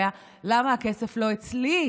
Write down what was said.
היה: למה הכסף לא אצלי?